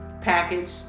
package